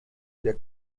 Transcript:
der